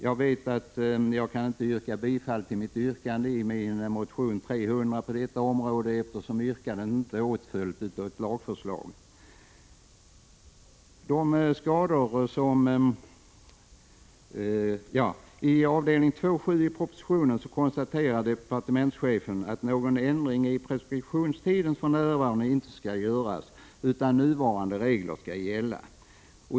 Jag vet att jag inte kan yrka bifall till mitt yrkande i motion 300, eftersom yrkandet inte åtföljs av ett lagförslag. I avdelning 2.7 i propositionen konstaterar departementschefen att någon ändring av preskriptionstiden inte skall göras utan att nuvarande regler skall gälla.